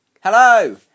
Hello